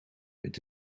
het